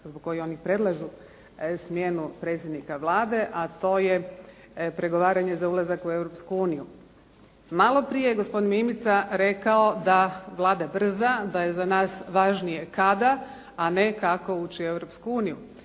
zbog kojih oni predlažu smjenu predsjednika Vlade a to je pregovaranje za ulazak u Europsku uniju. Malo prije je gospodin Mimica rekao da Vlada brza, da je za nas važnije kada a ne kako uči u